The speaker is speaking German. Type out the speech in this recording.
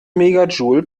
megajoule